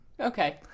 Okay